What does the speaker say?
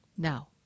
Now